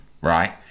right